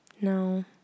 no